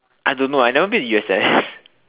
I don't know I never been to U_S_S